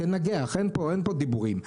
אין פה דיבורים.